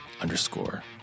underscore